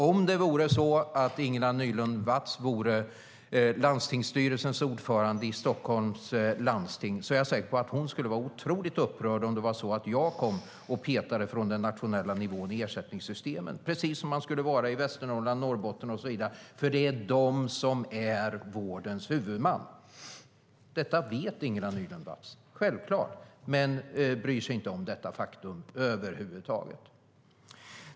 Om det vore så att Ingela Nylund Watz skulle vara landstingsstyrelsens ordförande i Stockholms landsting är jag säker på att hon skulle vara otroligt upprörd om jag från den nationella nivån kom och petade i ersättningssystemen, precis som man skulle vara i Västernorrland, Norrbotten och så vidare. Det är de som är vårdens huvudmän. Detta vet Ingela Nylund Watz - självklart - men bryr sig inte om detta faktum över huvud taget.